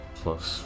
plus